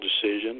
decision